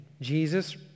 Jesus